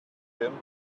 him